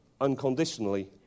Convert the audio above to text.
unconditionally